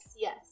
yes